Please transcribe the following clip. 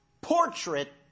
portrait